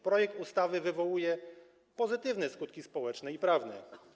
Projekt ustawy wywołuje pozytywne skutki społeczne i prawne.